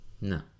No